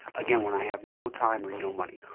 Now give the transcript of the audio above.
again, when i have no time or no money?